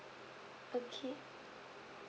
okay